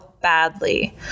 Badly